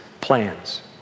plans